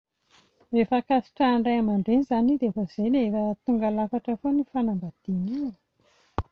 Rehefa ankasitrahan'ny ray aman-dreny izany ilay izy dia efa izay dia efa tonga lafatra foana io fanambadiana io.